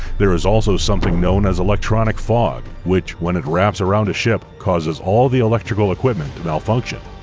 there is also something known as electronic fog, which when it wraps around a ship causes all the electrical equipment to malfunction.